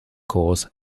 course